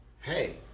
hey